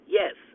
yes